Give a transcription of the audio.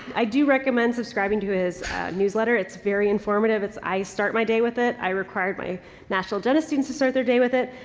i do recommend subscribing to his newsletter. it's very informative. it's i start my day with it. i require my national agenda students to start their day with it.